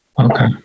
Okay